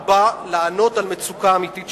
הוא בא לענות על מצוקה אמיתית שקיימת.